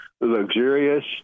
luxurious